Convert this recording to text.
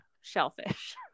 shellfish